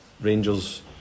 Rangers